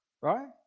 right